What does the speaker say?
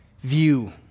view